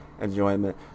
enjoyment